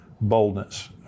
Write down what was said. boldness